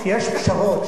כשיש פשרות,